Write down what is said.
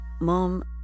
Mom